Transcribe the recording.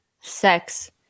sex